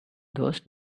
those